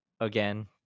again